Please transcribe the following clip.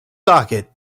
socket